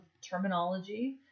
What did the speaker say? terminology